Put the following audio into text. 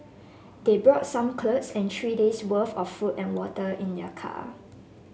they brought some clothes and three days worth of food and water in their car